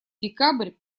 декабрь